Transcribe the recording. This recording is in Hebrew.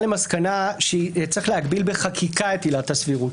למסקנה שצריך להגביל בחקיקה את עילת הסבירות